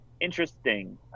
Interesting